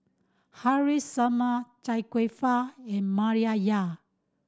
Haresh Sharma Chia Kwek Fah and Maria Dyer